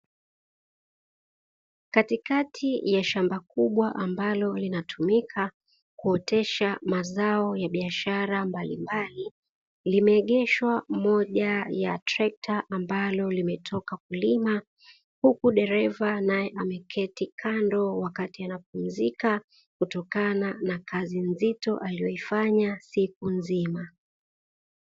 Katikati ya shamba kubwa ambalo linatumika kuotesha mazao ya biashara mbalimbali, limeegeshwa moja ya trekta ambalo limetoka kulima huku dereva naye ameketi kando wakati anapumzika kutokana na kazi nzito aliyoifanya siku nzima.